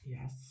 yes